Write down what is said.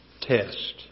test